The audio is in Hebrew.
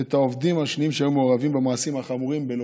את העובדים האחרים שהיו מעורבים במעשים החמורים בלא-כלום.